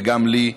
וגם לי,